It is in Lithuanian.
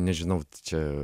nežinau čia